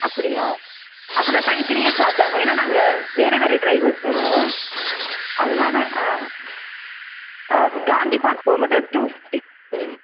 அப்படியா அப்பனா தனித்தனியாக சார்ஜாகும் ஏனால் நாங்கள் வேறு வேறு ட்ரைவர்ஸ் வருவோம் அதனால் அ காந்தி பார்க் போகமட்டு டூ ஃபிஃப்டி ம்